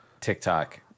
TikTok